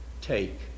take